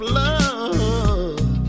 love